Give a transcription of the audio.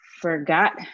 forgot